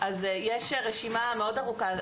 יש רשימה מאוד ארוכה,